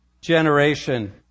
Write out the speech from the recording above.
generation